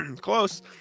Close